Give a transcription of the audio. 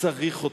צריך אותם.